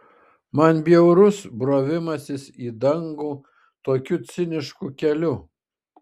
man bjaurus brovimasis į dangų tokiu cinišku keliu